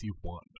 one